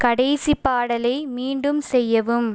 கடைசி பாடலை மீண்டும் செய்யவும்